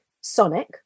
sonic